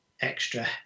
extra